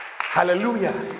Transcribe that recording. hallelujah